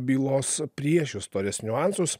bylos priešistorės niuansus